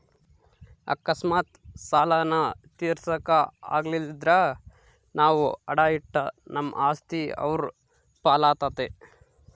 ಅಕಸ್ಮಾತ್ ಸಾಲಾನ ತೀರ್ಸಾಕ ಆಗಲಿಲ್ದ್ರ ನಾವು ಅಡಾ ಇಟ್ಟ ನಮ್ ಆಸ್ತಿ ಅವ್ರ್ ಪಾಲಾತತೆ